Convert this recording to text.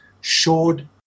showed